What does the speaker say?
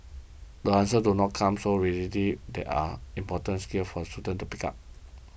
the answers do not come so readily these are important skills for the students pick up